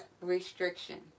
restriction